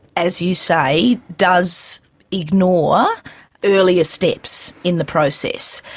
as you say, does ignore earlier steps in the process.